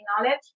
knowledge